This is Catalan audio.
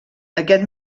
aquest